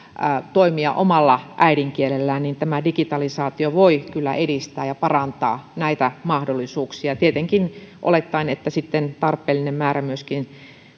toimia omalla äidinkielellään niin tämä digitalisaatio voi kyllä edistää ja parantaa näitä mahdollisuuksia tietenkin olettaen että sitten tarpeellinen määrä